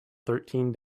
thirteen